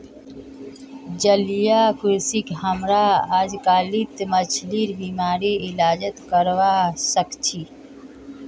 जलीय कृषित हमरा अजकालित मछलिर बीमारिर इलाजो करवा सख छि